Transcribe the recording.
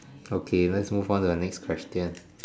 okay lets move on to the next question